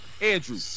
Andrew